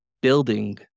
building